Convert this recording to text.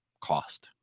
cost